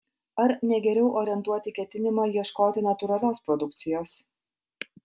ar ne geriau orientuoti ketinimą ieškoti natūralios produkcijos